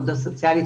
עבודה סוציאלית,